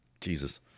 Jesus